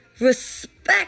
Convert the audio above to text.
respect